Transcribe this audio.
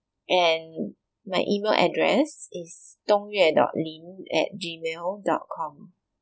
and my email address is dong Yue dot Lin at gmail dot com